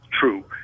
true